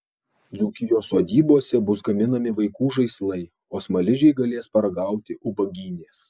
dzūkijos sodybose bus gaminami vaikų žaislai o smaližiai galės paragauti ubagynės